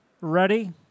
ready